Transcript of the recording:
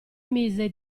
mise